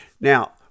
Now